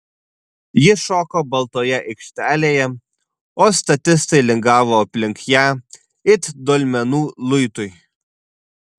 ji šoko baltoje aikštelėje o statistai lingavo aplink ją it dolmenų luitui